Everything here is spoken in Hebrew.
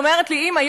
אומרת לי: אימא,